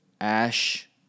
Ash